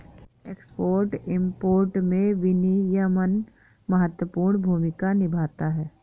export import में विनियमन महत्वपूर्ण भूमिका निभाता है